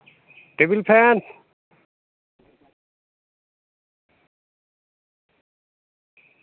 table fan